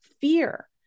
fear